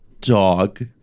dog